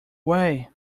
way